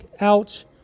out